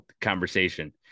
conversation